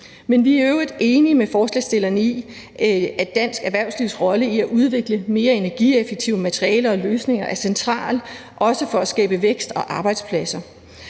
Men vi er i øvrigt enige med forslagsstillerne i, at dansk erhvervslivs rolle i at udvikle mere energieffektive materialer og løsninger er central, også for at skabe vækst og arbejdspladser.